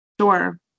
sure